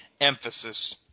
emphasis